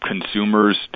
consumers